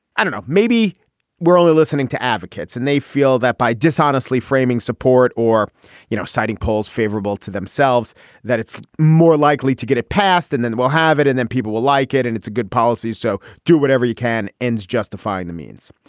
i don't know. maybe we're only listening to advocates and they feel that by dishonestly framing support or you know citing polls favorable to themselves that it's more likely to get it passed and then we'll have it and then people will like it and it's a good policy. so do whatever you can. ends justify the means.